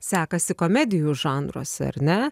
sekasi komedijų žanruose ar ne